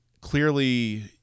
clearly